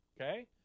Okay